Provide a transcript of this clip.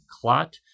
clot